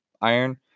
iron